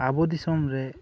ᱟᱵᱚ ᱫᱤᱥᱚᱢ ᱨᱮ